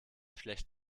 schlecht